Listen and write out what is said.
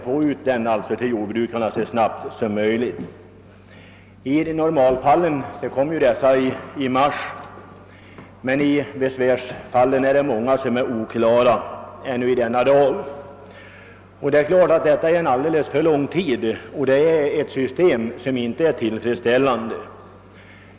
I normalfallen betalas ersättningarna ut i mars, men i besvärsfallen dröjer det mycket längre, och många är oklara ännu i denna dag. Ett sådant system är naturligtvis inte tillfredsställande.